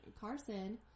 Carson